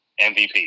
MVP